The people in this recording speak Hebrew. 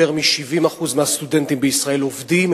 יותר מ-70% מהסטודנטים בישראל עובדים,